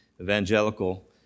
Evangelical